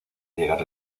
llegar